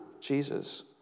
Jesus